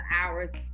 hours